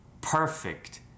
perfect